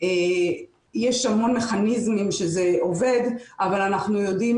יש המון מכניזם שזה עובד אבל אנחנו יודעים